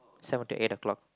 seven to eight o-clock